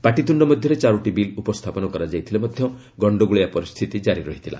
ପାଟିତୁଣ୍ଡ ମଧ୍ୟରେ ଚାରୋଟି ବିଲ୍ ଉପସ୍ଥାପନ କରାଯାଇଥିଲେ ମଧ୍ୟ ଗଣ୍ଡଗୋଳିଆ ପରିସ୍ଥିତି କାରି ରହିଥିଲା